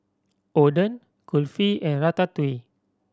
Oden Kulfi and Ratatouille